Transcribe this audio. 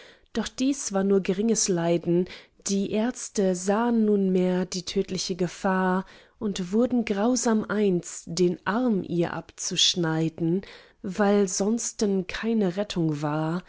doch dies war nur geringes leiden die ärzte sahn nunmehr die tödliche gefahr und wurden grausam eins den arm ihr abzuschneiden weil sonsten keine rettung war